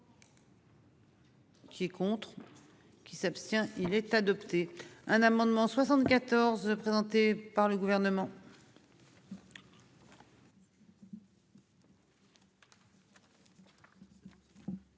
Qui est contre. Qui s'abstient. Il est adopté un amendement 74 présenté par le gouvernement.